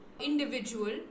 individual